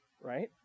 right